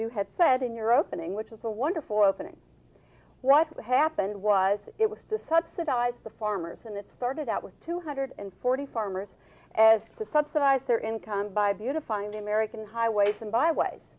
you had said in your opening which is a wonderful opening what happened was it was to subsidize the farmers and it started out with two hundred and forty farmers as to subsidize their income by beautifying the american highways and byways